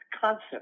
concept